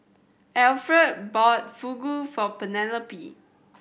Alferd bought Fugu for Penelope